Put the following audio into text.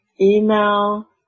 email